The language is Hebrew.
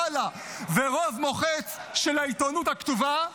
וואלה ורוב מוחץ של העיתונות הכתובה,